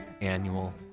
annual